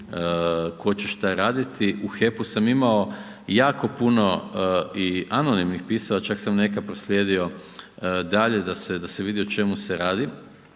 tko će šta raditi, u HEP-u sam imao jako puno i anonimnih pisama, čak sam neka proslijedio dalje da se vidi o čemu se radi